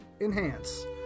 Enhance